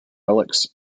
relics